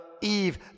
Eve